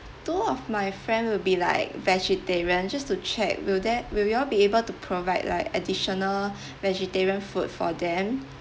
two of my friend will be like vegetarian just to check will there will you all be able to provide like additional vegetarian food for them